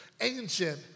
ancient